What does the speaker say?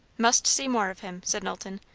must see more of him, said knowlton.